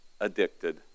addicted